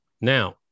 Now